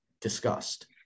discussed